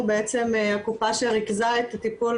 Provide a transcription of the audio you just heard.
אנחנו בעצם הקופה שריכזה את הטיפול